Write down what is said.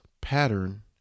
pattern